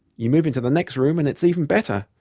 you move into the next room and it's even better.